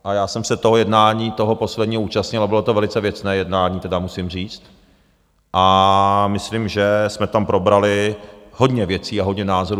A já jsem se toho jednání, toho posledního, účastnil a bylo to velice věcné jednání tedy musím říct, a myslím, že jsme tam probrali hodně věcí a hodně názorů.